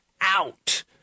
out